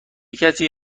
کسی